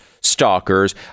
stalkers